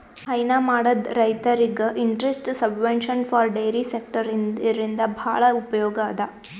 ಹೈನಾ ಮಾಡದ್ ರೈತರಿಗ್ interest subvention for dairy sector ಇದರಿಂದ್ ಭಾಳ್ ಉಪಯೋಗ್ ಅದಾ